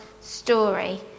story